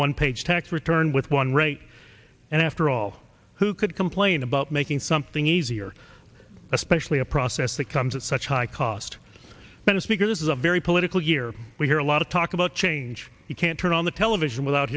one page tax return with one rate and after all who could complain about making something easier especially a process that comes at such high cost but it's because this is a very political year we hear a lot of talk about change you can't turn on the television without